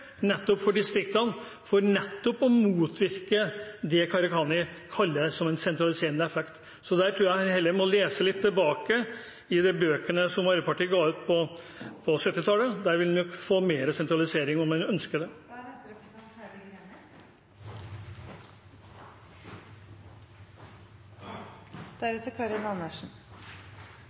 for distriktene for nettopp å motvirke det Gharahkhani kaller for en sentraliserende effekt. Så der tror jeg man heller må lese litt i de bøkene som Arbeiderpartiet ga ut tilbake på 1970-tallet, der ville man få mer sentralisering, om man ønsker det.